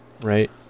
Right